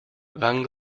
wang